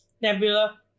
Nebula